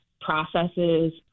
processes